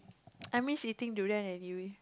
I miss eating durian anyway